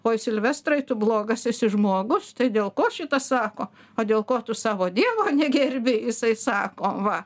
oi silvestrai tu blogas esi žmogus tai dėl ko šitas sako o dėl ko tu savo dievo negerbi jisai sako va